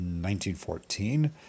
1914